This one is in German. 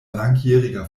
langjähriger